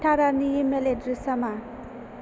थारानि email एद्रेसा मा